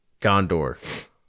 Gondor